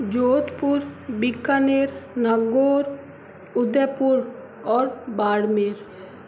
जोधपुर बीकानेर नागौर उदयपुर और बाड़मेल